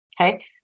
Okay